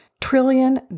trillion